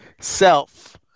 self